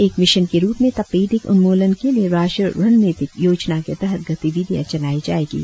एक मिशन के रुप में तपेदिक उन्मूलन के लिये राष्ट्रीय रणनितिक योजना के तहत गतिविधियां चलाई जाएंगी